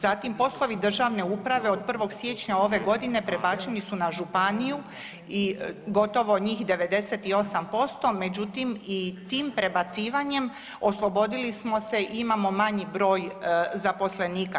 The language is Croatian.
Zatim, poslovi državne uprave od 1. siječnja ove godine prebačeni su na županiju i gotovo njih 98%, međutim, i tim prebacivanjem oslobodili smo se i imamo manji broj zaposlenika.